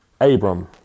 Abram